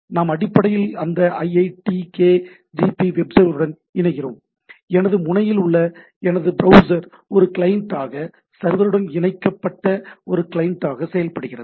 நாம் அடிப்படையில் அந்த iitkgp வெப்சர்வருடன் இணைகிறோம் எனது முனையில் உள்ள எனது பிரௌஸர் ஒரு கிளையண்டாக சர்வருடன் இணைக்கப்பட்ட ஒரு கிளையண்டாக செயல்படுகிறது